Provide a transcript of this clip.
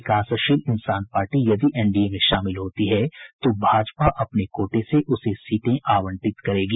विकासशील इंसान पार्टी यदि एनडीए में शामिल होती है तो भाजपा अपने कोटे से उसे सीटें आवंटित करेगी